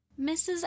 mrs